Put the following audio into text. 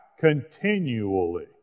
continually